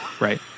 right